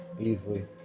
easily